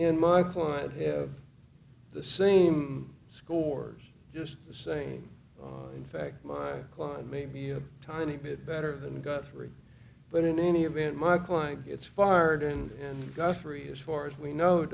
in my client have the same scores just the same in fact my client may be a tiny bit better than guthrie but in any event my client gets farden and guthrie as far as we know